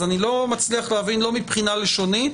אז אני לא מצליח להבין לא מבחינה לשונית